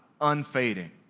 unfading